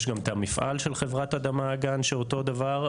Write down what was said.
יש גם את המפעל של חברת אדמה אגן שאותו דבר,